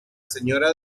señora